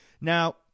Now